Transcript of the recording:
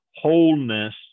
wholeness